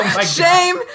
Shame